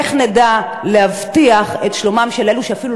איך נדע להבטיח את שלומם של אלו שאפילו